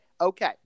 Okay